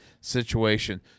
situation